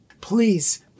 Please